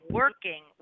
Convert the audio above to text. working